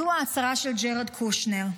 זו ההצהרה של ג'ארד קושנר.